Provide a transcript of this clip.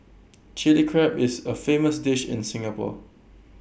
Chilli Crab is A famous dish in Singapore